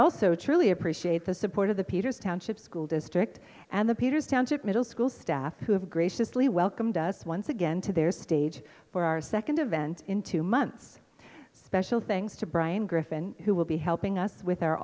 also truly appreciate the support of the peters township school district and the peters township middle school staff who have graciously welcomed us once again to their stage for our second event in two months special thanks to brian griffin who will be helping us with our